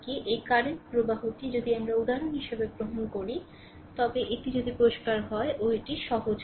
এই কারেন্ট প্রবাহটি যদি আমরা উদাহরণ হিসেবে গ্রহণ করি তবে এটি যদি পরিষ্কার হয় ও এটি সহজ হবে